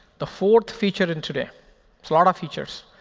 the fourth feature in today so and features.